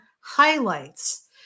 highlights